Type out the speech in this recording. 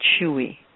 chewy